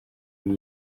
iba